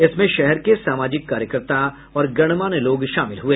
इसमें शहर के सामाजिक कार्यकर्ता और गणमान्य लोग शामिल हुए